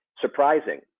surprising